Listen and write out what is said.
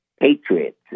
Patriots